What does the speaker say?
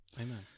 Amen